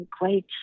great